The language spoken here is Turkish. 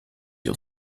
yıl